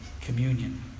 communion